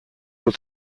will